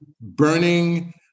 burning